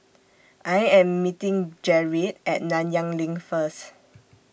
I Am meeting Gerrit At Nanyang LINK First